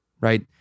right